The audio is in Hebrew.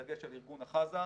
בדגש על ארגון חז"ע,